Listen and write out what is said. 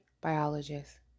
biologist